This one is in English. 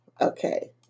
Okay